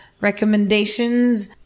recommendations